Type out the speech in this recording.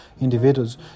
individuals